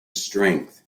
strength